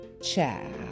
Ciao